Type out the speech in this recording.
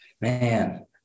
Man